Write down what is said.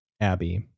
abby